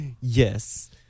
Yes